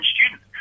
student